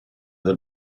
del